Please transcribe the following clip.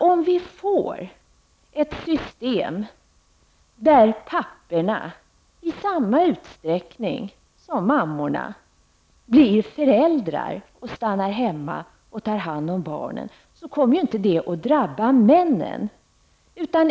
Om vi får ett system där papporna i samma utsträckning som mammorna blir föräldrar och stannar hemma och tar hand om barnen kommer det inte att drabba männen.